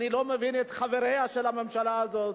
אני לא מבין את חבריה של הממשלה הזאת,